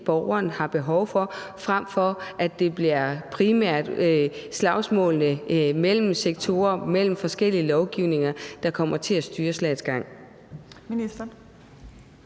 borgeren har behov for, frem for at det primært bliver slagsmålene mellem sektorer og mellem forskellige lovgivninger, der kommer til at styre slagets gang.